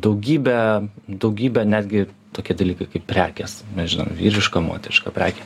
daugybė daugybė netgi tokie dalykai kaip prekės nežinau vyriška moteriška prekė